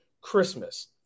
Christmas